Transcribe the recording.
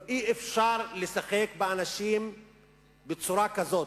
אי-אפשר לשחק באנשים בצורה כזאת.